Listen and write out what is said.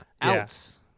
Outs